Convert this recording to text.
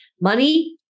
money